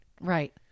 Right